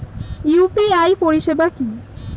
UPI পরিষেবা কি?